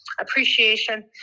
appreciation